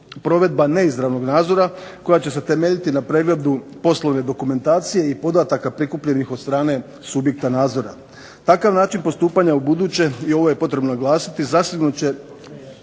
provedba neizravnog nadzora, koja će se temeljiti na pregledu poslovne dokumentacije, i podataka prikupljenih od strane subjekta nadzora. Takav način postupanja ubuduće, i ovo je potrebno naglasiti, zasigurno